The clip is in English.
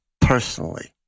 personally